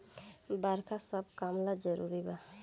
बरखा सब काम ला जरुरी बा